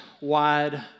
Wide